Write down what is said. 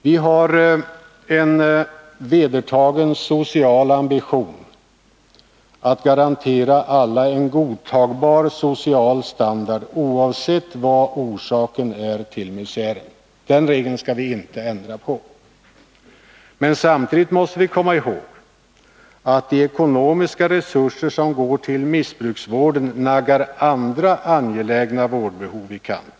Vi har en vedertagen social ambition att garantera alla en godtagbar social standard, oavsett vad orsaken är till misären. Den regeln skall vi inte ändra på. Men samtidigt måste vi komma ihåg att de ekonomiska resurser som går till missbrukarvården naggar resurserna för andra angelägna vårdbehov i kanten.